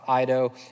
Ido